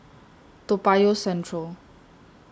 Toa Payoh Central